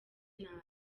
nabi